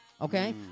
Okay